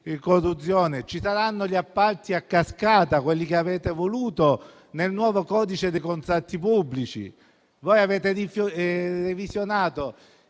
anticorruzione? Ci saranno gli appalti a cascata, quelli che avete voluto nel nuovo codice dei contratti pubblici? Avete revisionato